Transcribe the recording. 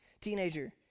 Teenager